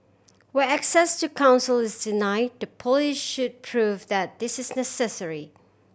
where access to counsel is deny the police should prove that this is necessary